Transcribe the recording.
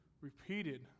repeated